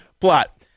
plot